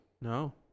No